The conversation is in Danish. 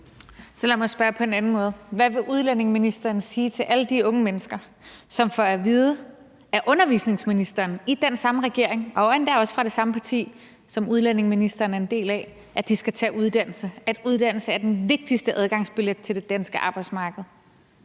Så lad mig spørge på en anden måde: Hvad vil udlændingeministeren sige til alle de unge mennesker, som får at vide af undervisningsministeren, der er fra den samme regering, og som endda også er fra det samme parti, som udlændingeministeren er en del af, at de skal tage uddannelse, og at uddannelse er den vigtigste adgangsbillet til det danske arbejdsmarked?